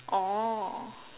oh